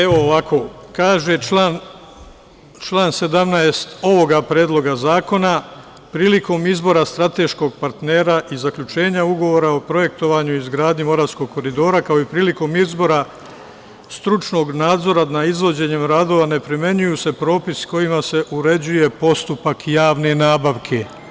Evo, ovako, član 17. ovoga Predloga zakona - prilikom izbora strateškog partnera i zaključenja ugovora o projektovanju i izgradnji Moravskog koridora, kao i prilikom izbora stručnog nadzora nadzora nad izvođenjem radova ne primenjuju se propisi kojima se uređuje postupak javne nabavke.